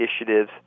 initiatives